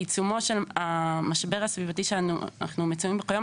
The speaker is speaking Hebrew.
בעיצומו של המשבר הסביבתי שאנחנו מציינים כיום,